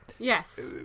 Yes